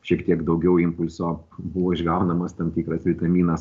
šiek tiek daugiau impulso buvo išgaunamas tam tikras vitaminas